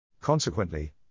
Consequently